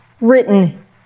written